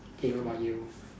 okay what about you